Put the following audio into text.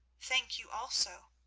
thank you also.